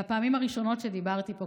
בפעמים הראשונות שדיברתי פה,